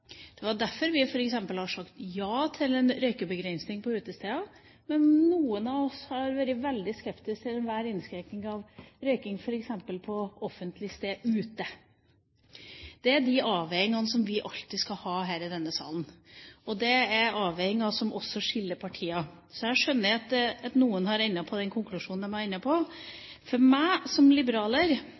Det er derfor vi har sagt ja til en røykebegrensning på utesteder, men noen av oss har vært veldig skeptiske til enhver innskrenkning av røyking f.eks. på offentlig sted ute. Dette er de avveiningene vi alltid skal ha her i denne salen, og det er også avveininger som skiller partiene. Så jeg skjønner at noen har endt på den konklusjonen de har endt på. For meg som liberaler